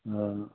हा